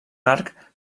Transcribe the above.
arc